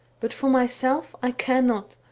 but for myself i care not,